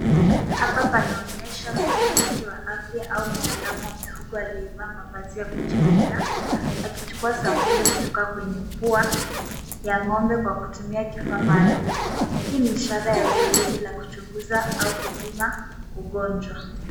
Hapa panaonyesha mfanyakazi wa afya au mtaalamu wa mifugo aliyevaa mavazi ya kujikinga, akichukua sampuli kutoka kwenye pua ya ng'ombe kwa kutumia kifaa maalum. Hii ni ishara ya zoezi la kuchunguza au kupima ugonjwa.